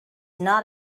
not